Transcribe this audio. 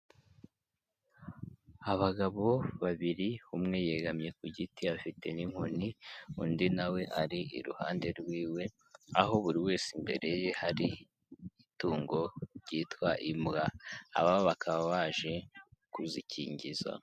Abagabo babiri umwe yegamimye ku giti afite n'inkoni, undi na we ari iruhande rwiwe, aho buri wese imbere ye hari itungo ryitwa imbwa, aba bakaba baje kuzikingiza.